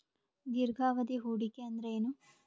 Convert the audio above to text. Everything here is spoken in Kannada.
ದೀರ್ಘಾವಧಿ ಹೂಡಿಕೆ ಅಂದ್ರ ಏನು?